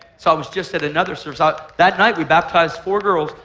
so i was just at another service ah that night we baptized four girls,